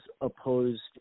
opposed